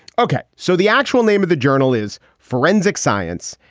ok, so the actual name of the journal is forensic science.